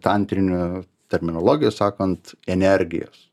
tantrinių terminologija sakant energijos